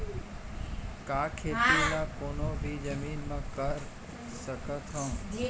का खेती ला कोनो भी जमीन म कर सकथे?